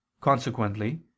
consequently